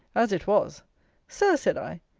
as it was sir, said i,